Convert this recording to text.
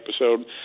episode